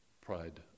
pride